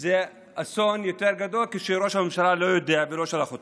זה אסון יותר גדול כשראש הממשלה לא יודע ולא שלח אותם.